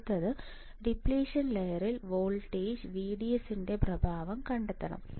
അടുത്തത് ഡിപ്ലിഷൻ ലെയറിൽ voltage VDS ന്റെ പ്രഭാവം കണ്ടെത്തണം